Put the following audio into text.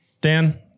Dan